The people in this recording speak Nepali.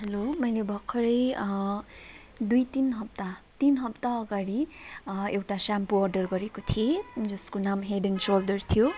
हेलो मैले भर्खरै दुई तिन हप्ता तिन हप्ता अगाडि एउटा स्याम्पो अर्डर गरेको थिएँ जसको नाम हेड एण्ड सोल्डर थियो